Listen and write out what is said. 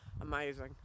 amazing